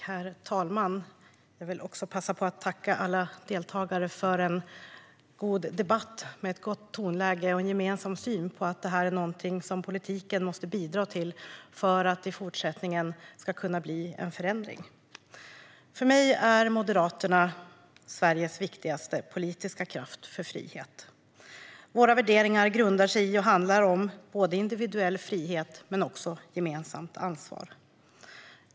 Herr talman! Jag vill passa på att tacka alla deltagare för en god debatt med ett gott tonläge och en gemensam syn i fråga om att politiken här måste bidra för att det ska kunna bli en förändring i fortsättningen. För mig är Moderaterna Sveriges viktigaste politiska kraft för frihet. Våra värderingar grundar sig i och handlar om individuell frihet men också om ett gemensamt ansvar.